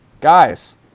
guys